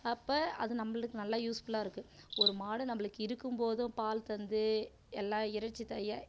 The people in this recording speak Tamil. அப்போ அது நம்மளுக்கு நல்லா யூஸ்ஃபுல்லாக இருக்குது ஒரு மாடு நம்மளுக்கு இருக்கும் போதும் பால் தந்து எல்லாம் இறைச்சி தா